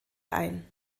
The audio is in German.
ein